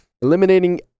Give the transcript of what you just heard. eliminating